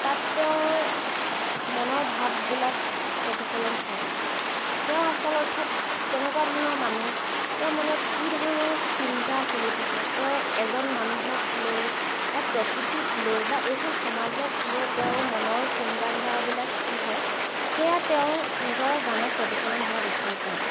তাত তেওঁৰ মনৰ ভাববিলাক প্ৰতিফলন হয় তেওঁ আচল অৰ্থত কেনেকুৱা ধৰণৰ মানুহ তেওঁৰ মনত কি ধৰণৰ চিন্তা চলি থাকে তেওঁ এজন মানুহক লৈ বা প্ৰকৃতিক লৈ বা এইখন সমাজকলৈ তেওঁ মনৰ চিন্তা ধাৰাবিলাক কি হয় হেয়া তেওঁৰ নিজৰ গানত প্ৰতিফলন হোৱা দেখা যায়